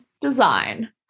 design